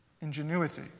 ingenuity